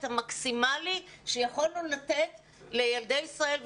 המקסימלי שיכולנו לתת לילדי ישראל ולמורים,